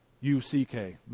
U-C-K